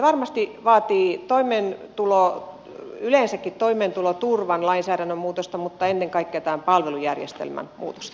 varmasti vaatii yleensäkin toimeentuloturvan lainsäädännön muutosta mutta ennen kaikkea tämän palvelujärjestelmän muutosta